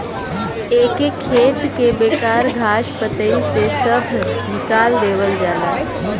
एके खेत के बेकार घास पतई से सभ निकाल देवल जाला